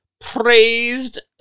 praised